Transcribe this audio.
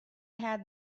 had